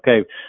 Okay